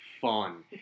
fun